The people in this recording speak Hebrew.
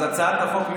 אז הצעת החוק,